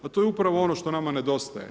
Pa to je upravo ono što nama nedostaje.